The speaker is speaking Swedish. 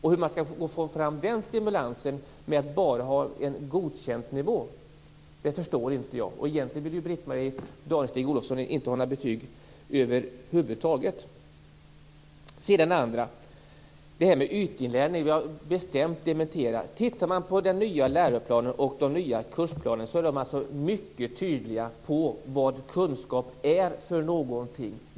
Hur man skall få fram den stimulansen med endast en Godkänd-nivå förstår inte jag, och egentligen vill ju Britt-Marie Danestig inte ha några betyg över huvud taget. Jag skall också beröra detta med ytinlärningen, som jag bestämt vill dementera. Tittar man på den nya läroplanen och de nya kursplanerna ser man att de är mycket tydliga när det gäller vad kunskap är för någonting.